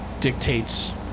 dictates